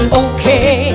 okay